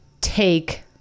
take